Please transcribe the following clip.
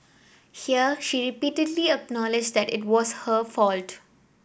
here she repeatedly acknowledged that it was her fault